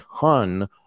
ton